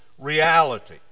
reality